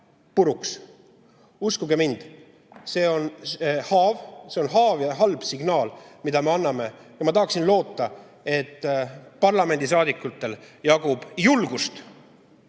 puruks. Uskuge mind, see on haav ja halb signaal, mille me anname. Ma tahaksin loota, et parlamendiliikmetel jagub julgust